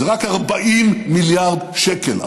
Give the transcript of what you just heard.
זה רק 40 מיליארד שקל,